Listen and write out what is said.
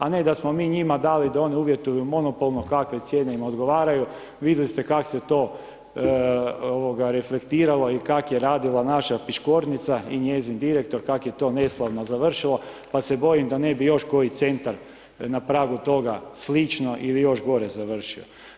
A ne da smo mi njima dali da oni uvjetuju monopolno kakve cijene im odgovaraju, vidjeli ste kako se to reflektiralo i kako je radila naša Piškornica i njezin direktor, kako je to neslavno završilo, pa se bojim da ne bi još koji centar na pragu toga, slično ili još gore završio.